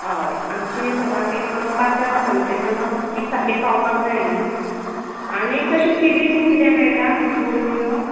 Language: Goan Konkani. हय आमची घरान एक पाच जाणां आसा म्हणटगेच तांकां ती सारकी पावपाक जाय न्ही आनी तशी चिली बीन किरे मेळटा किस्मूर बीन